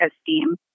esteem